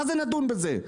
מה זה נדון בזה?